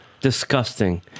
disgusting